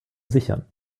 sichern